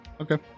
okay